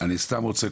אני סתם רוצה,